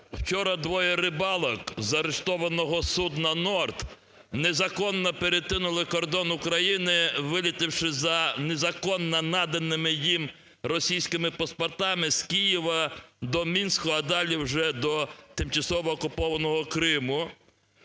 вчора двоє рибалок заарештованого судна "Норд" незаконно перетнули кордон України, вилетівши за незаконно наданими їм російськими паспортами з Києва до Мінську, а далі вже до тимчасово окупованого Криму.